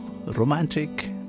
romantic